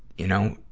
you know,